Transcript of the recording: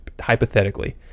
hypothetically